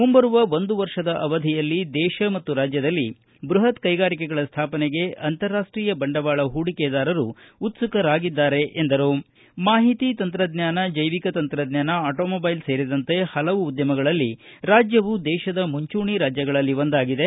ಮುಂಬರುವ ಒಂದು ವರ್ಷದ ಅವಧಿಯಲ್ಲಿ ದೇಶ ಮತ್ತು ರಾಜ್ಯದಲ್ಲಿ ಬೃಹತ್ ಕೈಗಾರಿಕೆಗಳ ಸ್ಥಾಪನೆಗೆ ಅಂತಾರಾಷ್ಟೀಯ ಬಂಡವಾಳ ಹೂಡಿಕೆದಾರರು ಉತ್ಸುಕರಾಗಿದ್ದಾರೆ ಎಂದರು ಮಾಹಿತಿ ತಂತ್ರಜ್ಞಾನ ಜೈವಿಕ ತಂತ್ರಜ್ಞಾನ ಆಟೋಮೊಬೈಲ್ ಸೇರಿದಂತೆ ಹಲವು ಉದ್ಯಮಗಳಲ್ಲಿ ಕರ್ನಾಟಕ ರಾಜ್ಞವು ದೇಶದ ಮುಂಚೂಣಿ ರಾಜ್ಞಗಳಲ್ಲಿ ಒಂದಾಗಿದೆ